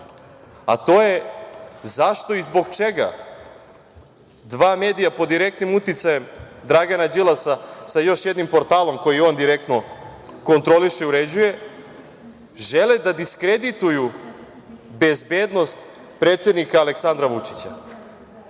a to je – zašto i zbog čega dva medija pod direktnim uticajem Dragana Đilasa sa još jednim portalom koji on direktno kontroliše i uređuje, žele da diskredituju bezbednost predsednika Aleksandra Vučića?